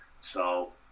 So-